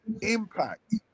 impact